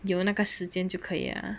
有那个时间就可以 liao mah